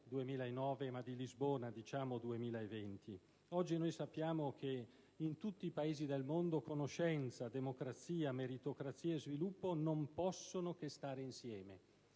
2009, ma di Lisbona 2020? Oggi noi sappiamo che in tutti i Paesi del mondo conoscenza, democrazia, meritocrazia e sviluppo non possono che stare insieme.